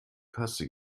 kasse